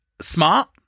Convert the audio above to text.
smart